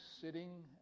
sitting